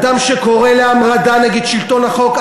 אדם שקורא להמרדה נגד שלטון החוק,